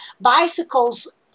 bicycles